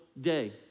day